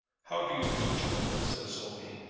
how do you do, gentlemen? said sophie.